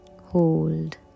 Hold